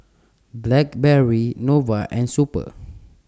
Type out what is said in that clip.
Blackberry Nova and Super